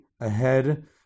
ahead